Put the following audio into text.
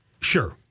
sure